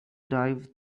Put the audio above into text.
dive